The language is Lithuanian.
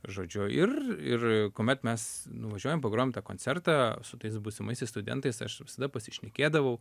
žodžiu ir ir kuomet mes nuvažiuojam pagrojam tą koncertą su tais būsimaisiais studentais aš visada pasišnekėdavau